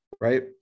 right